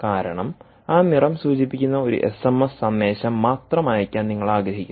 കാരണം ആ നിറം സൂചിപ്പിക്കുന്ന ഒരു എസ് എം എസ് സന്ദേശം മാത്രം അയയ്ക്കാൻ നിങ്ങൾ ആഗ്രഹിക്കുന്നു